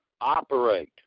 operate